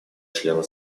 члена